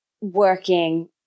working